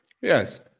Yes